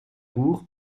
cour